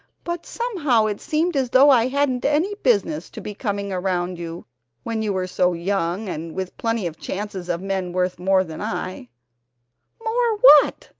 but somehow it seemed as though i hadn't any business to be coming around you when you were so young and with plenty of chances of men worth more than i more what?